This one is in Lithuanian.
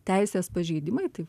teisės pažeidimai tai